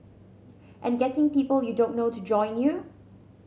and getting people you don't know to join you